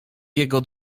jego